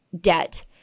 debt